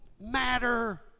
matter